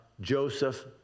Joseph